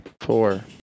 four